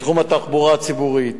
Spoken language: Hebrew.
בתחום התחבורה הציבורית,